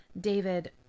david